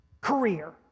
Career